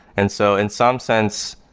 and so in some sense,